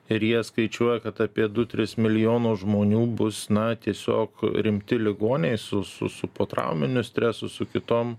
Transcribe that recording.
ir jie skaičiuoja kad apie du tris milijonus žmonių bus na tiesiog rimti ligoniai su su su potrauminiu stresu su kitom